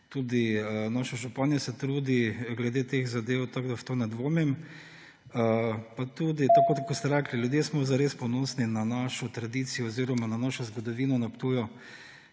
Tudi naša županja se trudi glede teh zadev, tako da v to ne dvomim. Pa tudi, tako kot ste rekli, ljudje smo zares ponosni na našo tradicijo oziroma na našo zgodovino na Ptuju